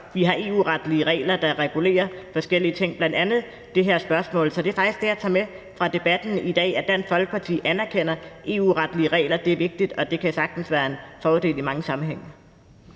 vi har EU-retlige regler, der regulerer forskellige ting, bl.a. det her spørgsmål. Så det er faktisk det, jeg tager med fra debatten i, altså at Dansk Folkeparti anerkender, at EU-retlige regler er vigtige, og at de sagtens kan være en fordel i mange sammenhænge.